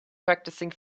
practicing